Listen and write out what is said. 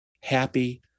happy